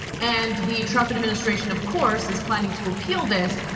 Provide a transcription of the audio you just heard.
and the trump administration, of course, is planning to appeal this.